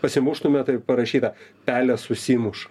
pasimuštume taip parašyta pelės susimuš